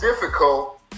difficult